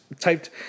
typed